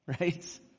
right